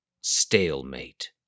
stalemate